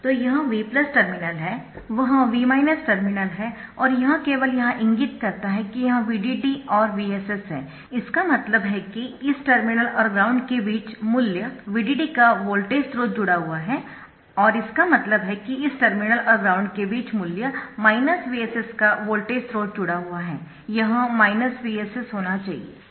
तो यह V terminal है वह V टर्मिनल है और यह केवल यहां इंगित करता है कि यह VDD और VSS है इसका मतलब है कि इस टर्मिनल और ग्राउंड के बीच मूल्य VDD का वोल्टेज स्रोत जुड़ा हुआ है और इसका मतलब है कि इस टर्मिनल और ग्राउंड के बीच मूल्य VSS का वोल्टेज स्रोत जुड़ा हुआ है यह VSS होना चाहिए